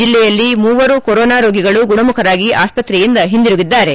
ಜಿಲ್ಲೆಯಲ್ಲಿ ಮೂವರು ಕೊರೊನಾ ರೋಗಿಗಳು ಗುಣಮುಖರಾಗಿ ಆಸ್ಪತ್ರೆಯಿಂದ ಹಿಂದಿರುಗಿದ್ದಾರೆ